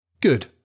Good